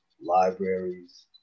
libraries